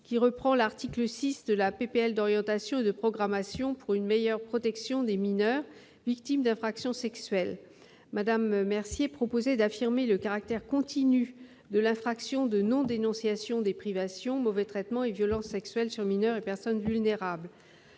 qui reprend l'article 6 de la proposition de loi d'orientation et de programmation pour une meilleure protection des mineurs victimes d'infractions sexuelles. Mme Mercier proposait d'affirmer le caractère continu de l'infraction de non-dénonciation des privations, mauvais traitements et violences sexuelles sur mineurs et personnes vulnérables.